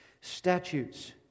statutes